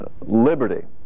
liberty